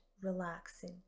relaxing